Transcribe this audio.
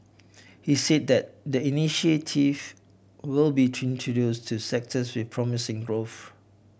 he said the initiative will be introduced to sectors with promising growth